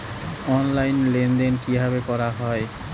Online লেনদেন কিভাবে করা হয়?